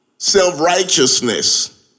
self-righteousness